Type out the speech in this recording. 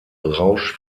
rausch